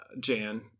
Jan